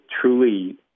truly